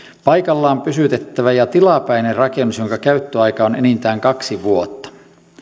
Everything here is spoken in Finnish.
paikallaan pysytettävä ja tilapäinen rakennus jonka käyttöaika on enintään kaksi vuotta